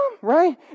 right